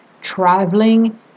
traveling